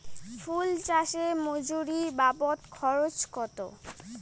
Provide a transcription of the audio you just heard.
ফুল চাষে মজুরি বাবদ খরচ কত?